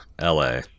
LA